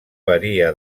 varia